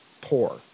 poor